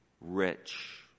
rich